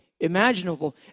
imaginable